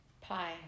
Pie